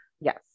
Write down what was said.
Yes